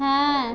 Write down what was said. হ্যাঁ